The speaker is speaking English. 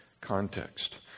context